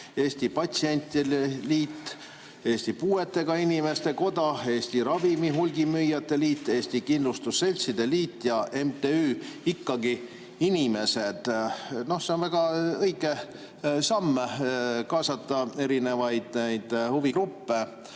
Eesti Patsientide Liit, Eesti Puuetega Inimeste Koda, Eesti Ravimihulgimüüjate Liit, Eesti Kindlustusseltside Liit ja MTÜ Ikkagi Inimesed. No see on väga õige samm, kaasata eri huvigruppe.